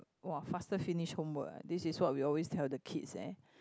!wah! faster homework ah this is what we always tell the kids eh